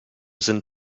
sind